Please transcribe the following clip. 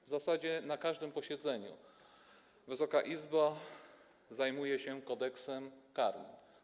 W zasadzie na każdym posiedzeniu Wysoka Izba zajmuje się Kodeksem karnym.